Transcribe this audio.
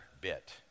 bit